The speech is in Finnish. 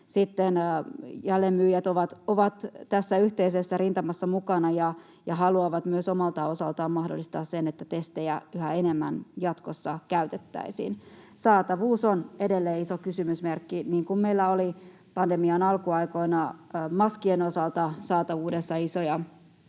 jälleenmyyjät ovat tässä yhteisessä rintamassa mukana ja haluavat omalta osaltaan mahdollistaa sen, että testejä yhä enemmän jatkossa käytettäisiin. Saatavuus on edelleen iso kysymysmerkki. Niin kuin meillä oli pandemian alkuaikoina maskien osalta saatavuudessa isoja